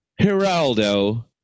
Geraldo